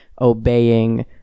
obeying